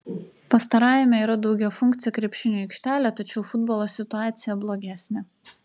pastarajame yra daugiafunkcė krepšinio aikštelė tačiau futbolo situacija blogesnė